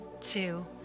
two